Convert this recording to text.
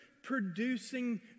Producing